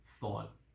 thought